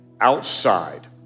outside